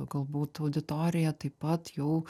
galbūt auditorija taip pat jau